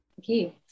Okay